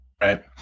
Right